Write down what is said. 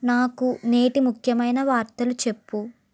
నాకు నేటి ముఖ్యమైన వార్తలు చెప్పు